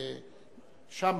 שם,